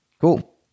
Cool